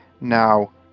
now